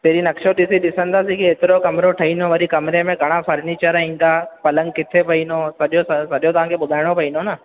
पहिरीं नक्शो ॾिसी ॾिसंदुसि की एतिरो कमिरो ठहिंदो वरी कमिरे में घणा फ़र्नीचर ईंदा पलंगु किथे पवंदो सॼो सॼो तव्हांखे ॿुधाइणो पवंदो न